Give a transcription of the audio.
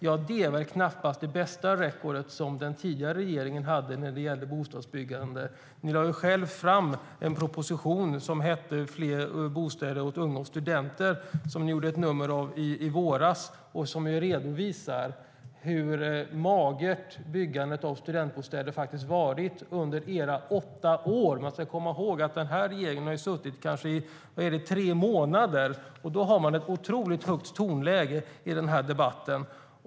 Men den tidigare regeringen hade väl knappast bästa record när det gällde bostadsbyggande. Ni gjorde själva ett nummer av propositionen Fler bostäder åt unga och studenterMan ska komma ihåg att den här regeringen bara har suttit i tre månader, och därför tycker jag att tonläget är otroligt högt i den här debatten.